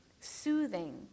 soothing